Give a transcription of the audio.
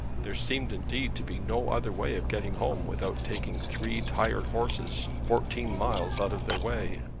there seemed indeed to be no other way of getting home without taking three tired horses fourteen miles out of their way.